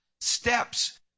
steps